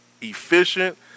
efficient